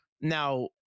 Now